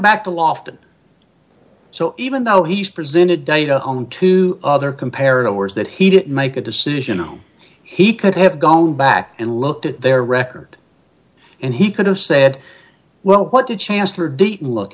back to loftus so even though he's presented data on two other comparable words that he didn't make a decision on he could have gone back and looked at their record and he could have said well what did chancellor date look